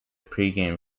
pregame